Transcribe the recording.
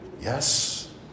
yes